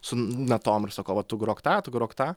su natom ir sakau va tu grok tą tu grok tą